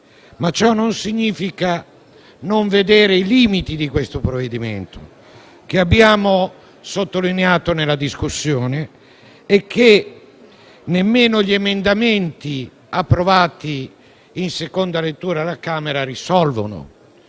ma ciò non significa non vedere i limiti del provvedimento che abbiamo sottolineato nella discussione e che nemmeno gli emendamenti approvati in seconda lettura alla Camera risolvono.